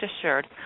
assured